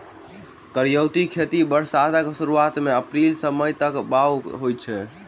करियौती खेती बरसातक सुरुआत मे अप्रैल सँ मई तक बाउग होइ छै